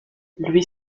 lui